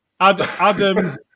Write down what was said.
Adam